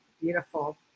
beautiful